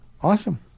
awesome